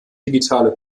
digitale